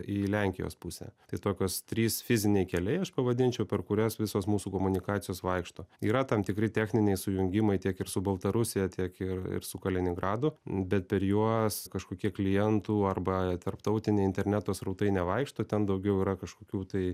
į lenkijos pusę tai tokios trys fiziniai keliai aš pavadinčiau per kurias visos mūsų komunikacijos vaikšto yra tam tikri techniniai sujungimai tiek ir su baltarusija tiek ir ir su kaliningradu bet per juos kažkokie klientų arba tarptautiniai interneto srautai nevaikšto ten daugiau yra kažkokių tai